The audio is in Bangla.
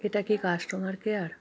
এটা কি কাস্টমার কেয়ার